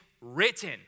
written